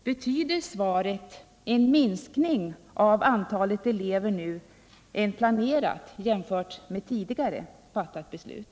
Betyder svaret att det blir en minskning av antalet elever jämfört med vad som var planerat enligt tidigare fattat beslut?